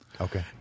Okay